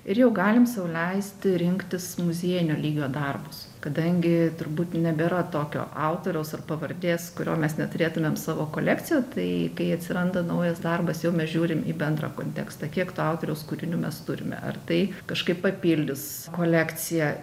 ir jau galim sau leisti rinktis muziejinio lygio darbus kadangi turbūt nebėra tokio autoriaus ar pavardės kurio mes neturėtumėm savo kolekcijo tai kai atsiranda naujas darbas jau mes žiūrim į bendrą kontekstą kiek to autoriaus kūriniu mes turime ar tai kažkaip papildys kolekciją